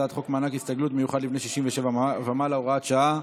הצעת חוק מענק הסתגלות מיוחד לבני 67 ומעלה (הוראת שעה,